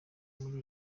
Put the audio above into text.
muri